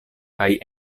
kaj